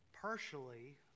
partially